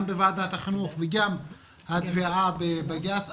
גם בוועדת החינוך וגם התביעה בבג"ץ.